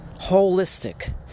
holistic